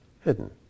Hidden